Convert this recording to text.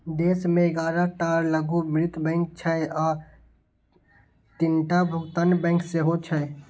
देश मे ग्यारह टा लघु वित्त बैंक छै आ तीनटा भुगतान बैंक सेहो छै